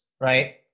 right